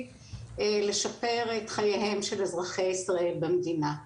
לשפר את חייהם של אזרחי ישראל במדינה.